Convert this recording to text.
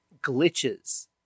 glitches